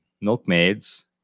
milkmaids